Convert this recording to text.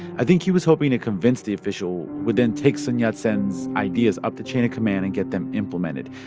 i think he was hoping to convince the official, who would then take sun yat-sen's ideas up the chain of command and get them implemented.